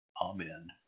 Amen